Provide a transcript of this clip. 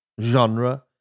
genre